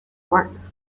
works